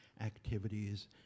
activities